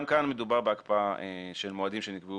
גם כאן מדובר בהקפאה של מועדים שנקבעו